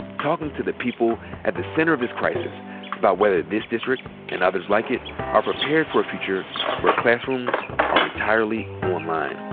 talking to the people at the center of this crisis about whether this district and others like it are prepared for a future where classrooms are entirely online.